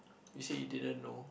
you said you didn't know